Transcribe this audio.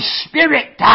spirit